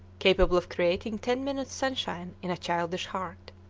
capable of creating ten minutes' sunshine in a childish heart?